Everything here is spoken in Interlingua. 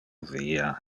via